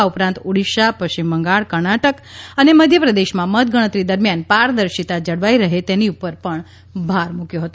આ ઉપરાંત ઓડીશા પશ્ચિમબંગાળ કર્ણાટક અને મધ્યપ્રદેશમાં મતગણતરી દરમિયાન પારદર્શીતા જળવાઇ રહે તેની ઉપર પણ ભાર મૂક્યો છે